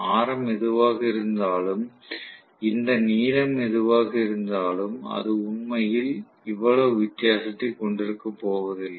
ஆரம் எதுவாக இருந்தாலும் இந்த நீளம் எதுவாக இருந்தாலும் அது உண்மையில் இவ்வளவு வித்தியாசத்தைக் கொண்டிருக்கப்போவதில்லை